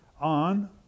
on